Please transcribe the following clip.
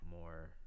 more